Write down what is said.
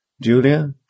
julia